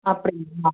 அப்படிங்களா